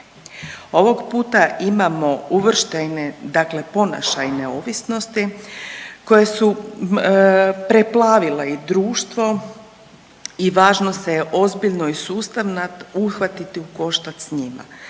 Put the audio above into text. Ovog puta imamo uvrštene dakle ponašajne ovisnosti koje su preplavile i društvo i važno se je ozbiljno i sustavno uhvatiti u koštac s njima.